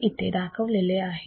हे इथे दाखवलेले आहे